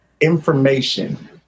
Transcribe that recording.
information